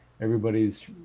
everybody's